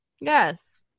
Yes